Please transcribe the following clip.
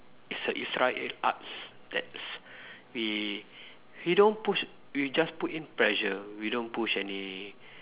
it's it's like a arts that's we we don't push we just put in pressure we don't push any